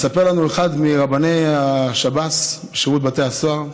מספר לנו אחד מרבני השב"ס, שירות בתי הסוהר,